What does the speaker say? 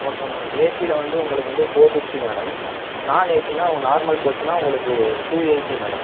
okay madam ஏசியில் வந்து உங்களுக்கு வந்து ஃபோர் ஃபிப்டி மேடம் நான் ஏசினால் நார்மல் கோச்னால் உங்களுக்கு டூ எயிட்டி மேடம்